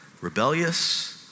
Rebellious